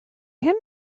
him